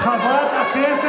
תגידי,